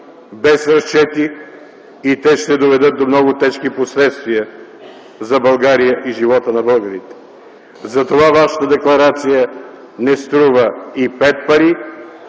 без разчети и ще доведат до много тежки последствия за България и за живота на българите. Затова Вашата декларация не струва и пет пари